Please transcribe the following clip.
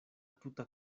tuta